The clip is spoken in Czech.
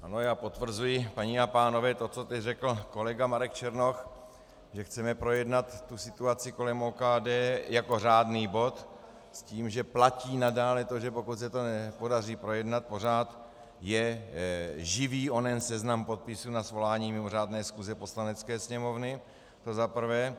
Ano, já potvrzuji, paní a pánové, to, co teď řekl kolega Marek Černoch, že chceme projednat situaci kolem OKD jako řádný bod s tím, že platí nadále to, že pokud se to nepodaří projednat, pořád je živý onen seznam podpisů na svolání mimořádné schůze Poslanecké sněmovny, to za prvé.